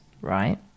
right